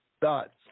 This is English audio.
thoughts